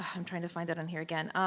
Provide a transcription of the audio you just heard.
i'm trying to find it on here again,